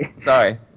Sorry